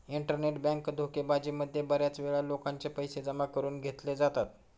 internet bank धोकेबाजी मध्ये बऱ्याच वेळा लोकांचे पैसे जमा करून घेतले जातात